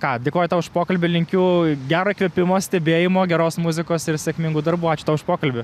ką dėkoju tau už pokalbį linkiu gero įkvėpimo stebėjimo geros muzikos ir sėkmingų darbų ačiū tau už pokalbį